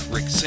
Rick